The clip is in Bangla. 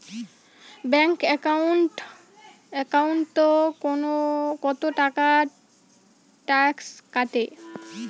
ব্যাংক একাউন্টত কতো টাকা ট্যাক্স কাটে?